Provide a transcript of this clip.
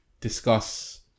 discuss